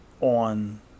on